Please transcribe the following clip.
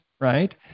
right